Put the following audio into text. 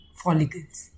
follicles।